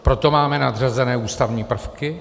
Proto máme nadřazené ústavní prvky.